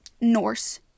Norse